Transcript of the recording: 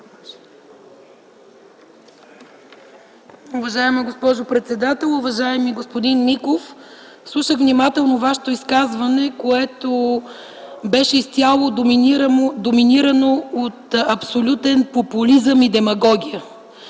Уважаема госпожо председател, уважаеми господин Миков! Слушах внимателно Вашето изказване, което беше изцяло доминирано от абсолютен популизъм и демагогия.